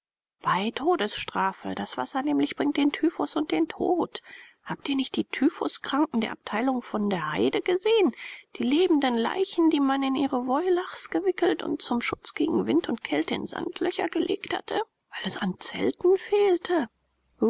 bei todesstrafe das wasser nämlich bringt den typhus und den tod habt ihr nicht die typhuskranken der abteilung von der heyde gesehen die lebenden leichen die man in ihre woilachs gewickelt und zum schutz gegen wind und kälte in sandlöcher gelegt hatte weil es an zelten fehlte